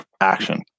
action